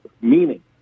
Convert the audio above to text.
meaning